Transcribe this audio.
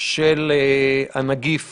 של הנגיף